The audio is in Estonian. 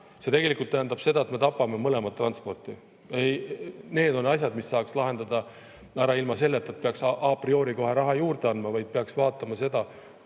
– see tähendab seda, et me tapame mõlemat transporti. Need on asjad, mille saaks lahendada ära ilma selleta, et peaksa priorikohe raha juurde andma. Peaks vaatama seda,